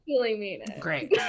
Great